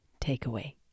takeaway